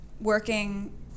working